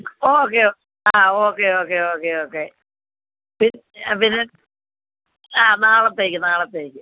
okay okay ആ okay okay okay okay പിന്നെ പിന്നെ ആ നാളത്തേക്ക് നാളത്തേക്ക്